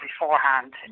beforehand